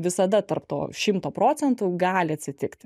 visada tarp to šimto procentų gali atsitikti